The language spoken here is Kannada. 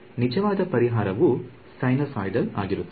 ನಿಜವಾದ ಪರಿಹಾರವು ಸೈನುಸಾಯಿಡಲ್ ಆಗಿರುತ್ತದೆ